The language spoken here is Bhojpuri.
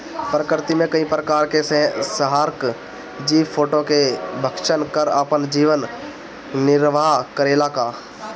प्रकृति मे कई प्रकार के संहारक जीव कीटो के भक्षन कर आपन जीवन निरवाह करेला का?